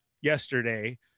yesterday